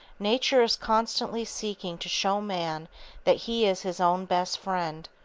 nature is constantly seeking to show man that he is his own best friend,